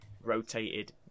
rotated